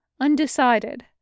Undecided